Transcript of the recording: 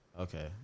Okay